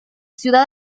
ciudad